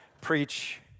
preach